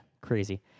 crazy